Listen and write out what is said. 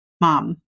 mom